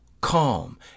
calm